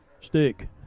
stick